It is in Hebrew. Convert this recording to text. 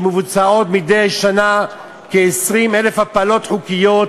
שמבוצעות מדי שנה כ-20,000 הפלות חוקיות,